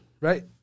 right